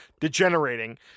degenerating